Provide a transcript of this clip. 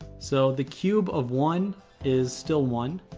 so the cube of one is still one.